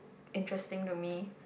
interesting to me